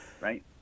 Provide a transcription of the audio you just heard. right